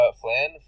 Flan